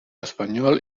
espanyol